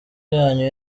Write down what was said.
yanyu